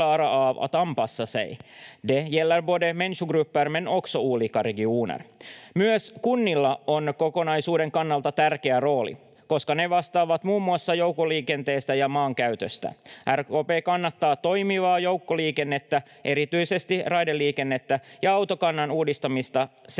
Myös kunnilla on kokonaisuuden kannalta tärkeä rooli, koska ne vastaavat muun muassa joukkoliikenteestä ja maankäytöstä. RKP kannattaa toimivaa joukkoliikennettä, erityisesti raideliikennettä, ja autokannan uudistamista sekä